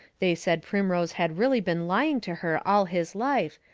they said primrose had really been lying to her all his life,